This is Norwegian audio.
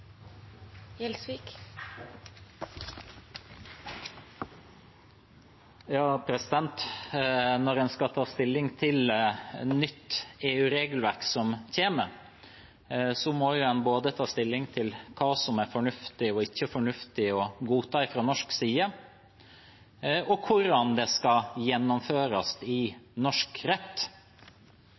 Når en skal ta stilling til et nytt EU-regelverk som kommer, må en både ta stilling til hva som er fornuftig og ikke fornuftig å godta fra norsk side, og hvordan det skal gjennomføres i norsk rett.